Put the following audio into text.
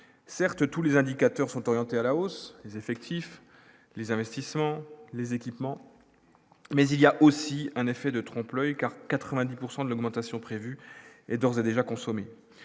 certes tous les indicateurs sont orientés à la hausse des effectifs, les investissements, les équipements, mais il y a aussi un effet de trompe l'oeil car 90 pourcent de l'augmentation prévue est d'ores et déjà consommé